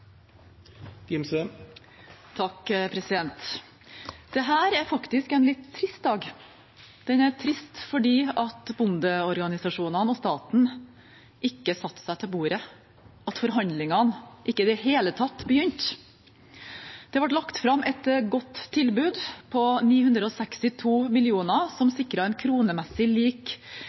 trist fordi bondeorganisasjonene og staten ikke satte seg til bordet, at forhandlingene i det hele tatt ikke begynte. Det ble lagt fram et godt tilbud, på 962 mill. kr, som sikret kronemessig lik